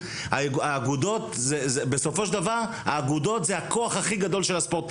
אבל בסופו של דבר כדורגל נשים היום משודר בזכות אותו חוזה